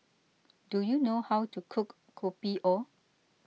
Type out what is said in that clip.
do you know how to cook Kopi O